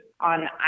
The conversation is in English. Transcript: on